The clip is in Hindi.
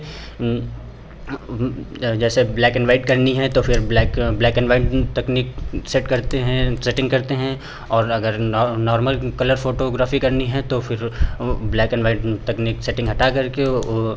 या जैसे ब्लैक एन वाइट करनी है तो फिर ब्लैक ब्लैक ऐंड वाइट तकनीक सेट करते हैं सेटिंग करते हैं और अगर नॉर्मल कलर फ़ोटोग्राफ़ी करनी है तो फिर वह ब्लैक एन वाइट उंह तकनीक सेटिंग हटाकर के वह